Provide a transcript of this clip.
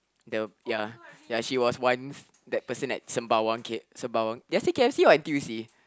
the ya ya she was once that person at Sembawang K Sembawang did I say K_F_C or N_T_U_C